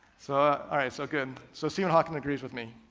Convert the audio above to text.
so ah so good, so stephen hawking agrees with me.